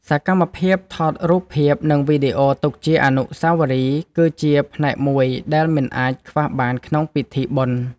សកម្មភាពថតរូបភាព និងវីដេអូទុកជាអនុស្សាវរីយ៍ គឺជាផ្នែកមួយដែលមិនអាចខ្វះបានក្នុងពិធីបុណ្យ។